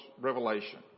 revelation